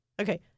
Okay